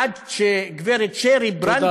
עד שגברת שרי ברנד,